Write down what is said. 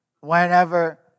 Whenever